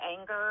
anger